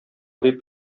дип